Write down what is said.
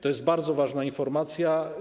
To jest bardzo ważna informacja.